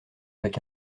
avec